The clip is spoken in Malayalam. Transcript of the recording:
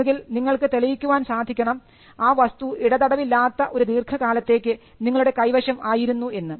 ഒന്നുകിൽ നിങ്ങൾക്ക് തെളിയിക്കാൻ സാധിക്കണം ആ വസ്തു ഇടതടവില്ലാത്ത ഒരു ദീർഘകാലത്തേക്ക് നിങ്ങളുടെ കൈവശം ആയിരുന്നു എന്ന്